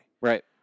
Right